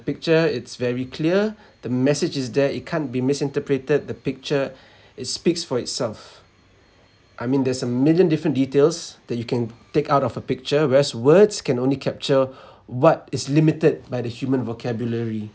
picture it's very clear the message is there it can't be misinterpreted the picture it speaks for itself I mean there's a million different details that you can take out of a picture whereas words can only capture what is limited by the human vocabulary